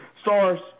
Stars